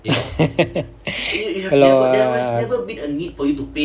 kalau ah